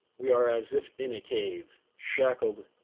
we are as if in a cave shackled,